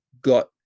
got